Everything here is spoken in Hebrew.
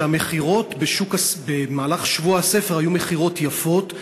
שהמכירות במהלך שבוע הספר היו מכירות יפות.